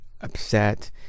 upset